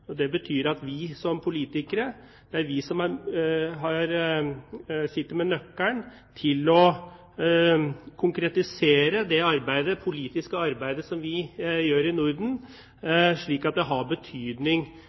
Det betyr at vi som politikere sitter med nøkkelen til å konkretisere det politiske arbeidet som vi gjør i Norden, slik at det har betydning